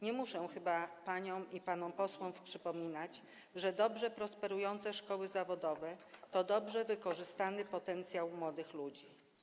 Nie muszę chyba paniom i panom posłom przypominać, że dobrze prosperujące szkoły zawodowe to dobrze wykorzystany potencjał młodych ludzi.